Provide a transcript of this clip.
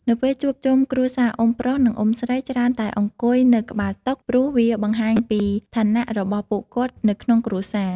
នៅពេលជួបជុំគ្រួសារ អ៊ុំប្រុស និងអ៊ុំស្រីច្រើនតែអង្គុយនៅក្បាលតុ ព្រោះវាបង្ហាញពីឋានៈរបស់ពួកគាត់នៅក្នុងគ្រួសារ។